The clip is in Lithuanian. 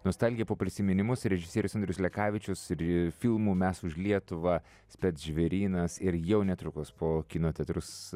nostalgiją po prisiminimus režisierius andrius lekavičius ir filmų mes už lietuvą spec žvėrynas ir jau netrukus po kino teatrus